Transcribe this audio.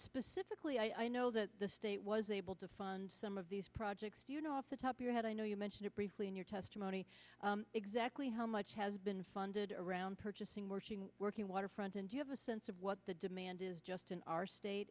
specifically i know that the state was able to fund some of these projects you know off the top you had i know you mentioned briefly in your testimony exactly how much has been funded around purchasing working waterfront and you have a sense of what the demand is just in our state